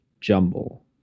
jumble